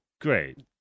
Great